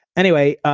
anyway,